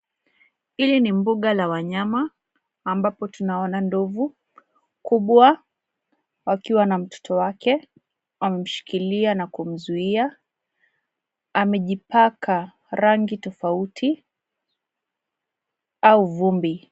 Hili ni mbuga la wanyama ambapo tunaona ndovu kubwa wakiwa na mtoto wake. Amemshikilia na kumzuia. Amejipaka rangi tofauti au vumbi.